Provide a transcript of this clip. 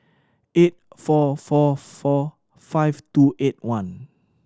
eight four four four five two eight one